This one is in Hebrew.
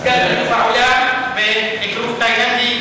סגן אלוף העולם באגרוף תאילנדי,